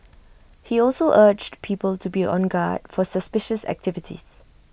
he also urged people to be on guard for suspicious activities